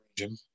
region